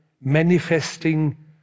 manifesting